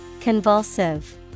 Convulsive